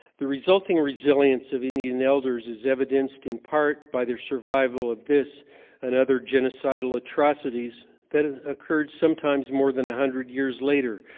the resulting resilience of indian elders is evidenced in part by their survival of this and other genocidal atrocities that ah occurred sometimes more than one hundred years later,